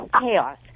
Chaos